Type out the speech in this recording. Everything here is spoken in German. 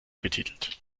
betitelt